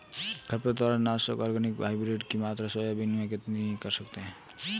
खरपतवार नाशक organic hybrid की मात्रा सोयाबीन में कितनी कर सकते हैं?